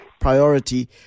priority